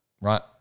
right